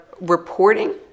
reporting